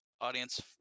audience